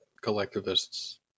collectivists